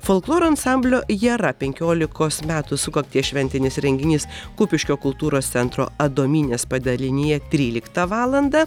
folkloro ansamblio jara penkiolikos metų sukakties šventinis renginys kupiškio kultūros centro adomynės padalinyje tryliktą valandą